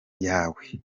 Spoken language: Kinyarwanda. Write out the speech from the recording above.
yawe